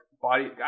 body